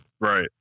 Right